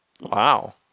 Wow